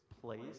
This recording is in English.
place